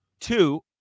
Two